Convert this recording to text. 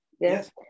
Yes